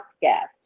guest